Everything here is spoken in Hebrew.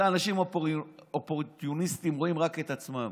אלה אנשים אופורטוניסטים, רואים רק את עצמם,